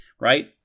right